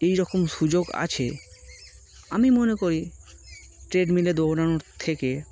এই রকম সুযোগ আছে আমি মনে করি ট্রেডমিলে দৌড়ানোর থেকে